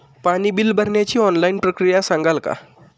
पाणी बिल भरण्याची ऑनलाईन प्रक्रिया सांगाल का?